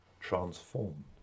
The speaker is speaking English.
transformed